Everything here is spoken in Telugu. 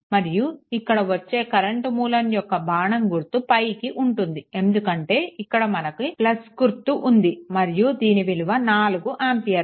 మరియు ఇక్కడ వచ్చే కరెంట్ మూలం యొక్క బాణం గుర్తు పైకి ఉంటుంది ఎందుకంటే ఇక్కడ మనకు గుర్తు ఉంది మరియు దీని విలువ 4 ఆంపియర్లు